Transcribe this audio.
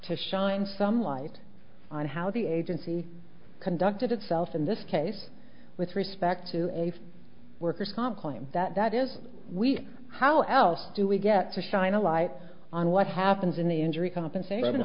to shine some light on how the agency conducted itself in this case with respect to a worker's comp claim that is we how else do we get to shine a light on what happens in the injury compensation a